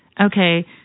Okay